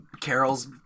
Carol's